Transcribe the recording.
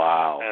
Wow